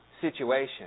situation